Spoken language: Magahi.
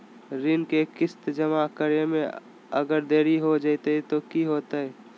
ऋण के किस्त जमा करे में अगर देरी हो जैतै तो कि होतैय?